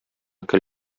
көл